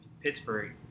Pittsburgh